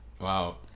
Wow